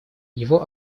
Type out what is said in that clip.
его